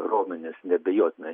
raumenis neabejotinai